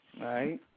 right